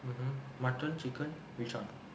mmhmm mutton chicken which [one]